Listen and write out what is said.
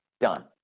done